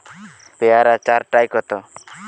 পেয়ারা চার টায় কত?